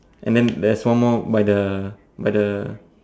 and then there's one more by the by the